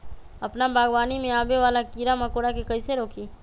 अपना बागवानी में आबे वाला किरा मकोरा के कईसे रोकी?